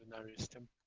earliest and